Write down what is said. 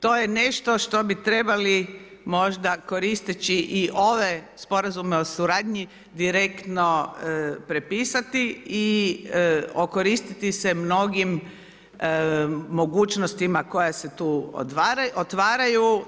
To je nešto što bi trebali možda koristeći i ove sporazume o suradnji direktno prepisati i okoristiti se mnogim mogućnostima koja se tu otvaraju.